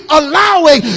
allowing